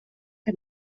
que